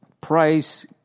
Price